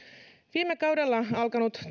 viime kaudella alkanut